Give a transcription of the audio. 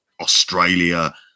Australia